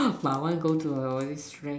but want go to the all this strange